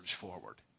forward